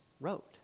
wrote